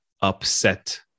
upset